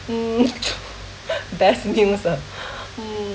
mm best gains ah mm